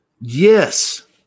Yes